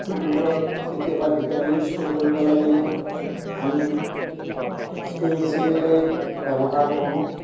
ফুলবোৰত কেতিয়াবা vitamin spray কৰিব লাগিলেও আমি স্প্ৰে' মেচিনেৰে ব্যৱহাৰ কৰোঁ